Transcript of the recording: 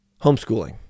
Homeschooling